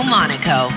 Monaco